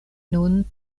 nun